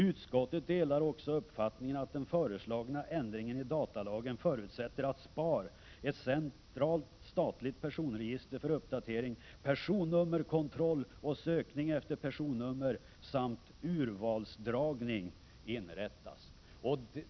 Utskottet delar också uppfattningen att den föreslagna ändringen i datalagen förutsätter att SPAR, ett centralt, statligt personregister för uppdatering, personnummerkontroll och sökning efter personnummer samt urvalsdragning, inrättas.